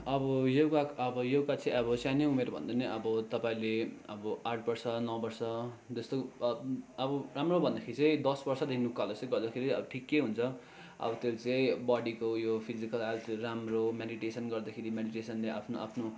अब योगा अब योगा चाहिँ अब सानै उमेर भन्दा नि अब तपाईँले अब आठ वर्ष नौ वर्ष जस्तो अब राम्रो भन्दाखेरि चाहिँ दस वर्षदेखि उकालो चाहिँ गर्दाखेरि ठिकै हुन्छ अब त्यो चाहिँ बडीको उयो फिजिकल हेल्थहरू राम्रो मेडिटेसन गर्दाखेरि मेडिटेसनले आफ्नो आफ्नो